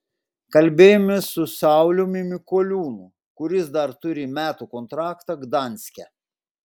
kalbėjomės su sauliumi mikoliūnu kuris dar turi metų kontraktą gdanske